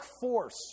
force